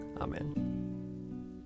Amen